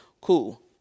Cool